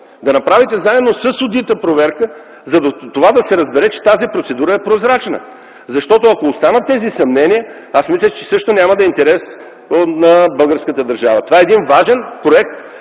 Да направите заедно с одита проверка, за да се разбере, че тази процедура е прозрачна. Защото, ако останат тези съмнения, аз мисля, че също няма да е от интерес на българската държава. Това е един важен проект.